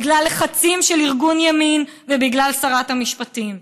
בגלל לחצים של ארגוני ימין ובגלל שרת המשפטים,